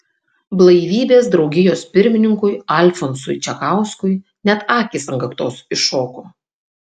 blaivybės draugijos pirmininkui alfonsui čekauskui net akys ant kaktos iššoko